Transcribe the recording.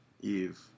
Eve